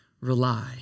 rely